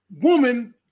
woman